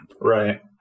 right